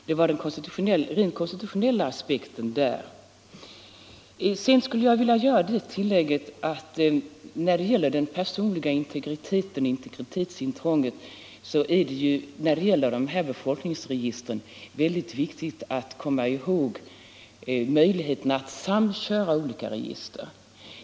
Det var den rent konstitutionella aspekten. Sedan skulle jag vilja göra det tillägget, att när det gäller den personliga integriteten och integritetsintrånget, så är det i fråga om de här befolkningsregistren väldigt viktigt att komma ihåg att det finns möjlighet att samköra olika register.